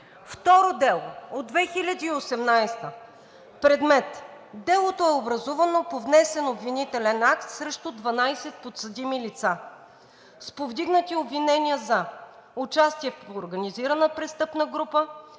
Второ дело от 2018 г. Предмет: делото е образувано по внесен обвинителен акт срещу 12 подсъдими лица с повдигнати обвинения за: участие в организирана престъпна група,